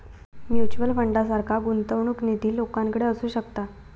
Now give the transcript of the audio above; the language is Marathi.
म्युच्युअल फंडासारखा गुंतवणूक निधी लोकांकडे असू शकता